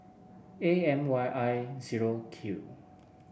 A M Y I zero Q